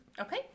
Okay